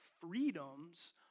freedoms